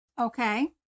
Okay